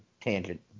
tangent